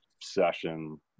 session